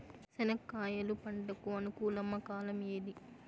చెనక్కాయలు పంట కు అనుకూలమా కాలం ఏది?